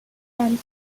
and